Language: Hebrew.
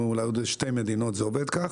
אולי בשתי מדינות זה עובד כך.